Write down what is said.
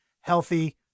Healthy